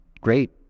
great